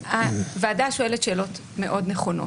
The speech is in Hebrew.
הוועדה שואלת שאלות מאוד נכונות.